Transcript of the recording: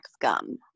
gum